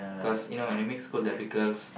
cause you know when it's mixed school there'll be girls